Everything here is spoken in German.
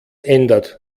ändert